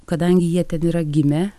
kadangi jie ten yra gimę